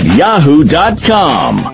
yahoo.com